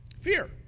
Fear